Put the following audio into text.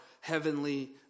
heavenly